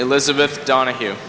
elizabeth donahue